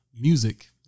music